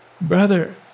Brother